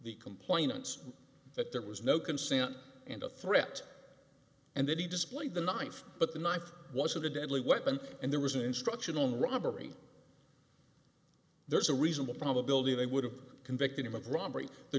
the complainants that there was no consent and a threat and then he displayed the knife but the knife was a deadly weapon and there was an instructional robbery there's a reasonable probability they would have convicted him of robbery the